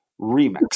Remix